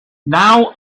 now